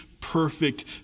perfect